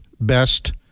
best